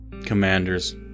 Commander's